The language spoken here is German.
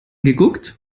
geguckt